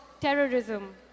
terrorism